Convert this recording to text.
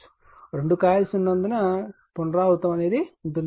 రెండు కాయిల్స్ ఉన్నందున కాబట్టి పునరావృతం ఉంటుంది